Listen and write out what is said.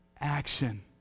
action